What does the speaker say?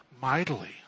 mightily